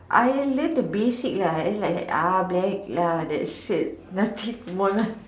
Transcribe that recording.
I learn the basic lah it's like ah black lah that's it nothing more